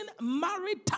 marital